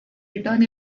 return